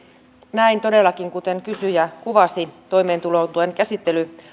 näin todellakin kuten kysyjä kuvasi toimeentulotuen käsittely